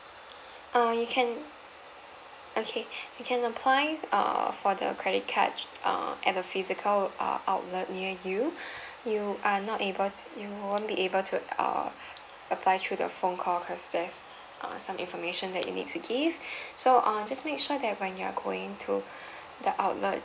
uh you can okay you can apply err for the credit card uh at the physical uh outlet near you you are not able to you won't be able to err apply through the phone call cause there's uh some information that you need to give so uh just make sure that when you are going to the outlet